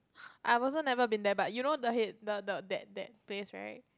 I have also never been there but you know the head the that that place right